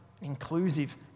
inclusive